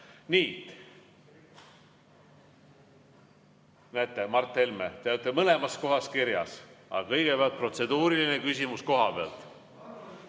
Nii. Näete, Mart Helme, te olete mõlemas kohas kirjas, aga kõigepealt protseduuriline küsimus koha pealt.